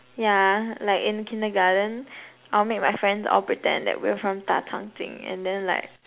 yeah like in kindergarten I'll make my friends all pretend that we were from 大长今 and then like